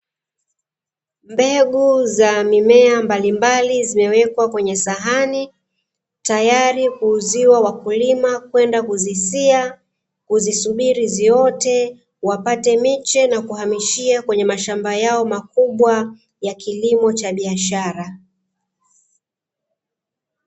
Mbegu za mimea mbalimbali zimewekwa kwenye sahani tayari kuuziwa wakulima kwenda kuzisia, kuzisubiri ziote, wapate miche na kuhamishia kwenye mashamba yao makubwa ya kilimo cha biashara.